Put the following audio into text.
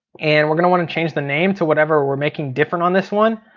and we're gonna want to change the name to whatever we're making different on this one.